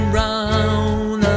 round